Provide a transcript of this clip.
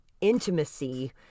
intimacy